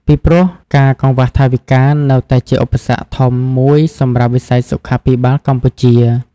ពីព្រោះ ការកង្វះថវិកា នៅតែជាឧបសគ្គធំមួយសម្រាប់វិស័យសុខាភិបាលកម្ពុជា។